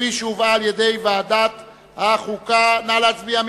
וכפי שהובאה על-ידי ועדת החוקה, נא להצביע.